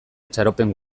itxaropen